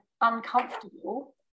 uncomfortable